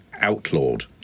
outlawed